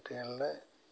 കുട്ടികളുടെ